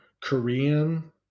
korean